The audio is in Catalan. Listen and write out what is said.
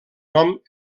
nom